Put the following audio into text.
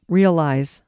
realize